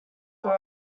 grew